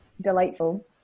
delightful